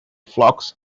flocks